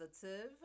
positive